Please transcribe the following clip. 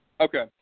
Okay